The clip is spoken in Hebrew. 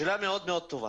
שאלה מאוד טובה.